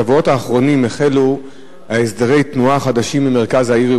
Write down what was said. בשבועות האחרונים החלו הסדרי תנועה חדשים במרכז העיר,